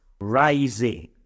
rising